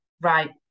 right